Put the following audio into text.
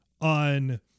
on